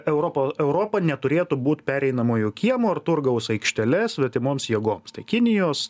europa europa neturėtų būt pereinamuoju kiemu ar turgaus aikštele svetimoms jėgoms tai kinijos